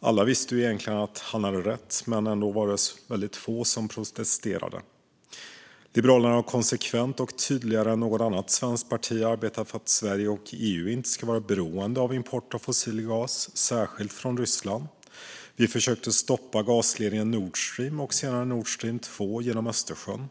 Alla visste ju egentligen att han hade rätt, men ändå var det väldigt få som protesterade. Liberalerna har konsekvent och tydligare än något annat svenskt parti arbetat för att Sverige och EU inte ska vara beroende av import av fossil gas, särskilt från Ryssland. Vi försökte stoppa gasledningen Nord Stream och senare Nord Stream 2 genom Östersjön.